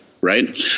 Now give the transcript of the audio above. right